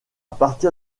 partir